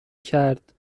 کرد